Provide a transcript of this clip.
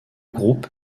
groupe